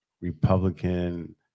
Republican